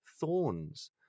thorns